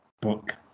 book